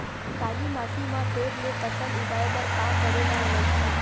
काली माटी म फेर ले फसल उगाए बर का करेला लगही?